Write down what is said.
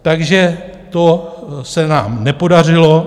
Takže to se nám nepodařilo.